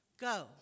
go